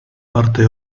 parte